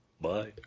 Bye